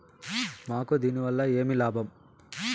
మాకు దీనివల్ల ఏమి లాభం